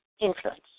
influence